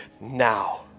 Now